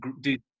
Dude